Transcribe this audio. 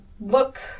look